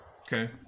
Okay